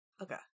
Okay